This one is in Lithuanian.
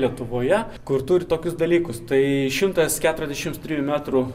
lietuvoje kur turi tokius dalykus tai šimtas keturiasdešimt trijų metrų